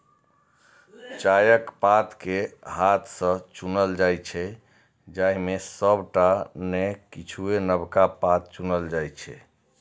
चायक पात कें हाथ सं चुनल जाइ छै, जाहि मे सबटा नै किछुए नवका पात चुनल जाइ छै